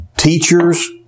Teachers